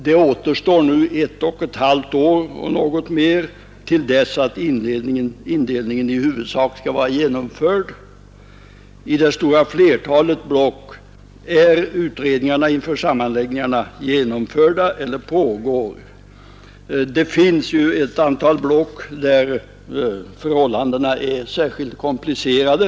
Det återstår nu ett och ett halvt år tills indelningen i huvudsak skall vara genomförd. I de stora flertalet block är utredningarna inför sammanläggningarna genomförda eller pågår. Det finns ett antal block där förhållandena är särskilt komplicerade.